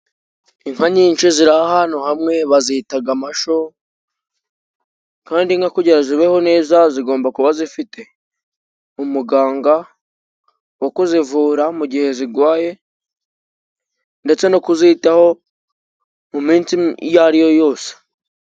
Inka nyinshi zira ahantu hamwe bazitaga amasho. Kandi inka kugira ngo zibeho neza zigomba kuba zifite umuganga wo kuzivura mu gihe zigwaye, ndetse no kuzitaho mu minsi iyo ari yo yose.